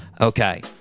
Okay